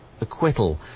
acquittal